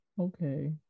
okay